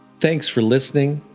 thanks for listening.